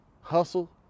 hustle